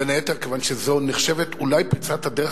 בין היתר כיוון שזו נחשבת אולי פריצת הדרך